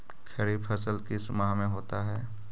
खरिफ फसल किस माह में होता है?